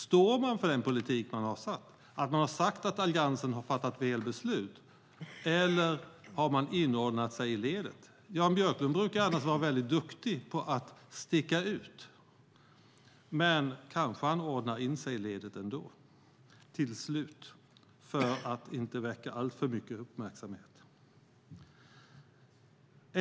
Står man för den politik man har haft när man säger att Alliansen har fattat fel beslut? Eller har man inordnat sig i ledet? Jan Björklund brukar annars vara väldigt duktig på att sticka ut, men han kanske ordnar in sig i ledet till slut ändå för att inte väcka alltför mycket uppmärksamhet.